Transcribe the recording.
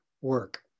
work